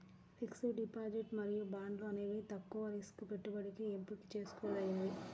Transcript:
fixed deposit మరియు బాండ్లు అనేవి తక్కువ రిస్క్ పెట్టుబడికి ఎంపిక చేసుకోదగినవి